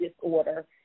disorder